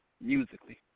musically